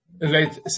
late